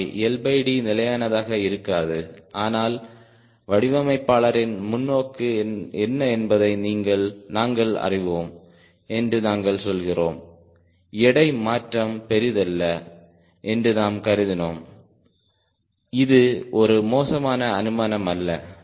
ஆகவே LD நிலையானதாக இருக்காது ஆனால் வடிவமைப்பாளரின் முன்னோக்கு என்ன என்பதை நாங்கள் அறிவோம் என்று நாங்கள் சொல்கிறோம் எடை மாற்றம் பெரியதல்ல என்று நாம் கருதினோம் இது ஒரு மோசமான அனுமானம் அல்ல